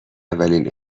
اولین